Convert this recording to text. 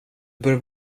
börjar